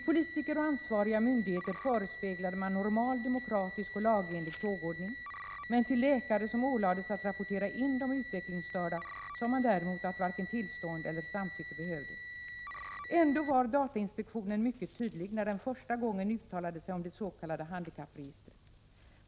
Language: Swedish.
Politiker och ansvariga myndigheter förespeglades att normal demokratisk och lagenlig tågordning hade följts, men till läkare som ålades att rapportera in de utvecklingsstörda sade man att varken tillstånd eller samtycke behövdes. Ändå var datainspektionen mycket tydlig när den första gången uttalade sig om det s.k. handikappregistret.